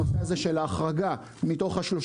הנושא הזה של ההחרגה מתוך ה-30,